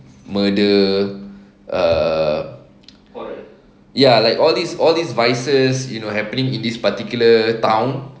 murder err ya like all these all these vices you know happening in this particular town